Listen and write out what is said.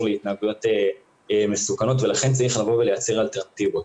להתנהגויות מסוכנות ולכן צריך לייצר אלטרנטיבות.